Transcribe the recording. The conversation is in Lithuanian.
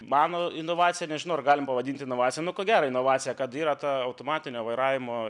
mano inovacija nežinau ar galim pavadint inovacija nu ko gero inovacija kad yra ta automatinio vairavimo